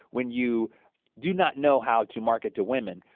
when you do not know how to market to women,